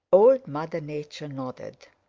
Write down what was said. old mother nature nodded.